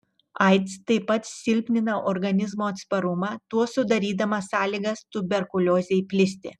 aids taip pat silpnina organizmo atsparumą tuo sudarydama sąlygas tuberkuliozei plisti